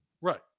Right